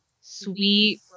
sweet